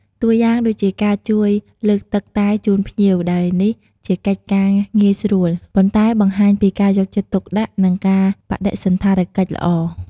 តួយ៉ាងដូចជាការជួយលើកទឹកតែជូនភ្ញៀវ ដែលនេះជាកិច្ចការងាយស្រួល ប៉ុន្តែបង្ហាញពីការយកចិត្តទុកដាក់ និងការបដិសណ្ឋារកិច្ចល្អ។